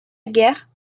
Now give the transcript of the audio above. guerre